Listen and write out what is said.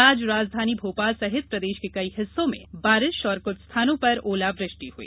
आज राजधानी भोपाल सहित प्रदेश के कई हिस्सों में बारिश और कुछ स्थानों पर ओला वृष्टि हई